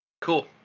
Cool